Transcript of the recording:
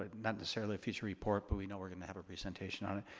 not necessarily a future report, but we know we're gonna have a presentation on it.